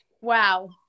Wow